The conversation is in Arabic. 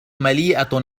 مليئة